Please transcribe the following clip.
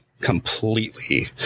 completely